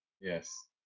yes